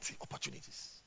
opportunities